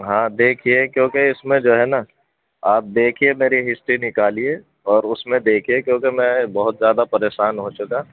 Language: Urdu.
ہاں دیکھیے کیونکہ اس میں جو ہے نا آپ دیکھیے میری ہسٹری نکالیے اور اس میں دیکھیے کیونکہ میں بہت زیادہ پریشان ہو چکا